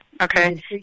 Okay